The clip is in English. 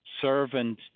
servant